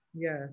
yes